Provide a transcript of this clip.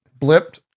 blipped